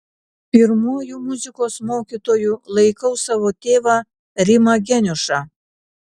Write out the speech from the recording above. pirmuoju muzikos mokytoju laikau savo tėvą rimą geniušą